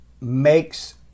makes